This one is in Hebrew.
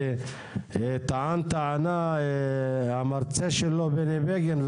כי טען טענה המרצה שלו בני בגין,